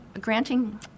granting